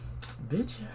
Bitch